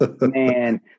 Man